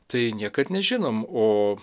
tai niekad nežinom o